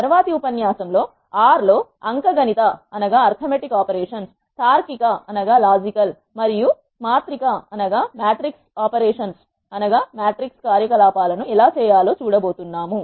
తర్వాత ఉపన్యాసంలో r లో అంక గణిత తార్కిక మరియు మాత్రిక కార్యకలాపాలను ఎలా చేయాలో చూడబోతున్నాము